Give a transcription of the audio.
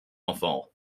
enfants